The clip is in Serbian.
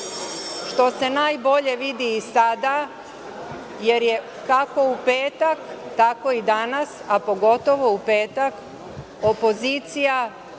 što se najbolje vidi i sada, jer je, kako u petak, tako i danas, a pogotovo u petak, opozicija